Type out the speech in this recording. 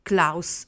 Klaus